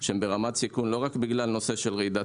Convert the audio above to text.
שהם ברמת סיכון לא רק בגלל הנושא של רעידת